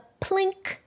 plink